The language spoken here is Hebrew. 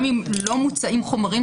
גם אם לא מוצאים חומרים,